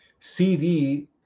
CV